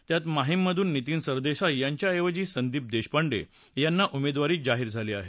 त्यात माहीम मधून नितीन सरदेसाई यांच्या ऐवजी संदीप देशपांडे यांना उमेदवारी जाहीर झाली आहे